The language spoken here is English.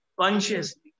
consciously